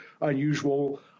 unusual